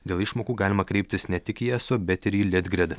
dėl išmokų galima kreiptis ne tik į eso bet ir į litgrid